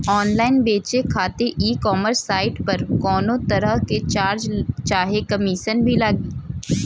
Online बेचे खातिर e commerce site पर कौनोतरह के चार्ज चाहे कमीशन भी लागी?